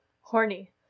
horny